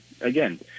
again